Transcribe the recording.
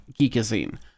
geekazine